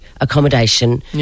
accommodation